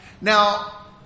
Now